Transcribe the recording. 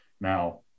Now